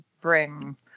bring